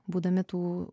būdami tų